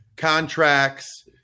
contracts